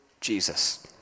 Jesus